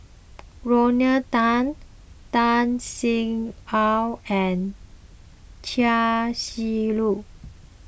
Rodney Tan Tan Sin Aun and Chia Shi Lu